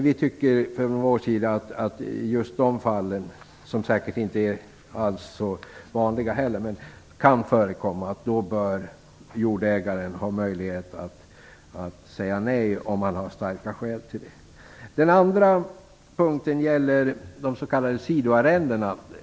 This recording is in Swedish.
Vi tycker från vår sida att just i de fallen, som inte är så vanliga men som kan förekomma, bör jordägaren ha möjlighet att säga nej om han har starka skäl för det. Den andra punkten gäller de s.k. sidoarrendena.